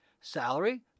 Salary